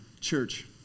Church